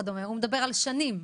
הוא מדבר על שנים.